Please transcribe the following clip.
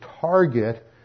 target